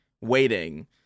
waiting